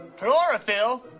Chlorophyll